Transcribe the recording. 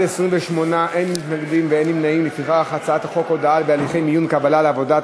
את הצעת חוק הודעה בהליכי מיון וקבלה לעבודה,